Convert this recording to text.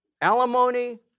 alimony